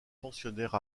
pensionnaire